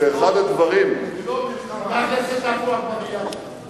חבר הכנסת עפו אגבאריה.